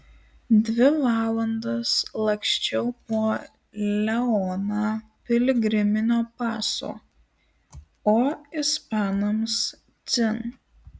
dvi valandas laksčiau po leoną piligriminio paso o ispanams dzin